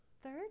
Third